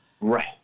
Right